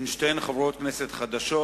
שתיהן חברות כנסת חדשות,